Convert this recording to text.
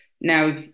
now